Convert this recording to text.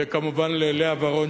וכמובן ללאה ורון,